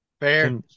Fair